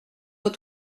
vos